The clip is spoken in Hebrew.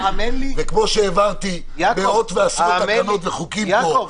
וכמו שהעברתי מאות ועשרות תקנות וחוקים פה,